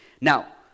Now